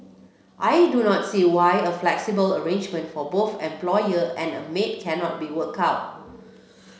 I do not see why a flexible arrangement for both employer and maid cannot be worked out